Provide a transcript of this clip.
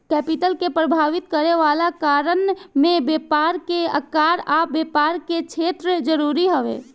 capital के प्रभावित करे वाला कारण में व्यापार के आकार आ व्यापार के क्षेत्र जरूरी हवे